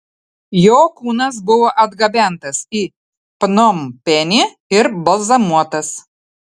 jo kūnas buvo atgabentas į pnompenį ir balzamuotas